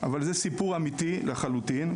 אבל זה סיפור אמיתי לחלוטין,